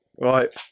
right